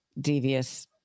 devious